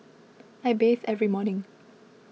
I bathe every morning